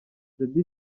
jody